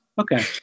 Okay